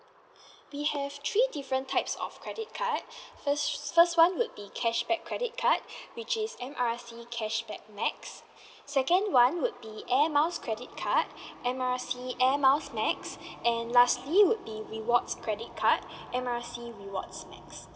we have three different types of credit card first first one would be cashback credit card which is M R C cashback max second one would be air miles credit card M R C air miles max and lastly would be rewards credit card M R C rewards max